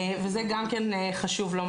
וזה גם כן חשוב לומר.